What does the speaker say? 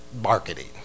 marketing